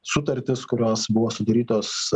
sutartys kurios buvo sudarytos